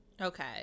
Okay